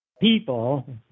people